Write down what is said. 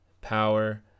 power